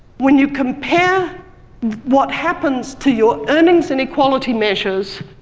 when you compare what happens to your earnings and equality measures,